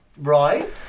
Right